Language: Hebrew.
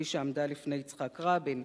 כפי שעמדה לפני יצחק רבין,